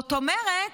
זאת אומרת,